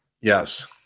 Yes